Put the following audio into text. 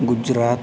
Gujarat